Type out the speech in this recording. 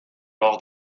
lors